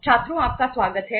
छात्रों आपका स्वागत है